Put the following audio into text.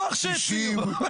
הסתייגויות 90 ו-91.